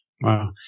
Wow